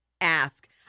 ask